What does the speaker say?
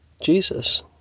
Jesus